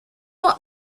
what